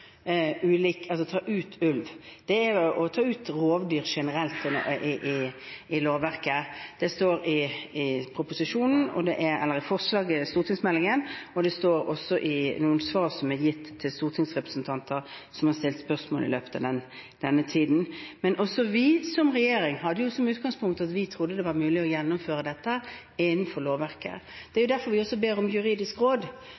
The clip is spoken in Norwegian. det generelt om det å ta ut rovdyr, det står i stortingsmeldingen, og det står også i noen svar som er gitt til stortingsrepresentanter som har stilt spørsmål i løpet av denne tiden. Men også vi som regjering hadde som utgangspunkt og trodde det var mulig å gjennomføre dette innenfor lovverket. Det er derfor vi ber om juridisk råd